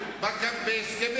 דבר.